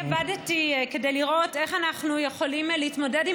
אני עבדתי כדי לראות איך אנחנו יכולים להתמודד עם